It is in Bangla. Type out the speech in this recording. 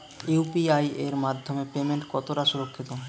ইউ.পি.আই এর মাধ্যমে পেমেন্ট কতটা সুরক্ষিত?